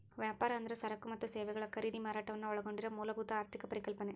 ವ್ಯಾಪಾರ ಅಂದ್ರ ಸರಕ ಮತ್ತ ಸೇವೆಗಳ ಖರೇದಿ ಮಾರಾಟವನ್ನ ಒಳಗೊಂಡಿರೊ ಮೂಲಭೂತ ಆರ್ಥಿಕ ಪರಿಕಲ್ಪನೆ